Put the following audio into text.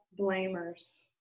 blamers